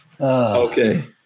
Okay